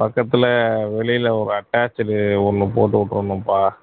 பக்கத்தில் வெளியில ஒரு அட்டாச்டு ஒன்று போட்டு விட்ருணும்ப்பா